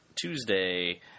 Tuesday